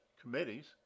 committees